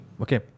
okay